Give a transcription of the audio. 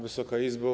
Wysoka Izbo!